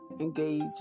engage